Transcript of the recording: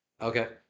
Okay